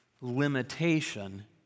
limitation